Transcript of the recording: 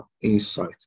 insight